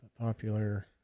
Popular